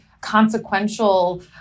consequential